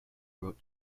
wrote